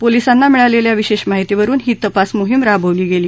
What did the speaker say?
पोलीसांना मिळालेल्या विशेष माहीतीवरून ही तपास मोहीम राबवली गेली